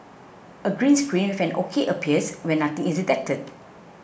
a green screen with an O K appears when nothing is detected